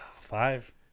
Five